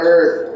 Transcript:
Earth